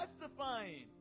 testifying